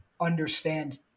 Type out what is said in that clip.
understand